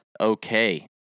okay